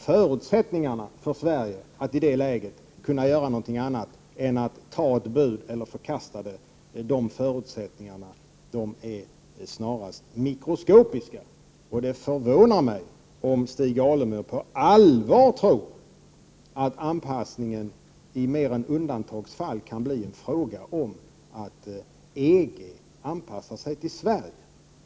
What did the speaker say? Förutsättningarna för Sverige att i det läget kunna göra något annat än att anta ett bud eller att förkasta det är snarast mikroskopiska. Det förvånar mig om Stig Alemyr på allvar tror att anpassningen i mer än undantagsfall kan bli en fråga om att EG anpassar sig till Sverige.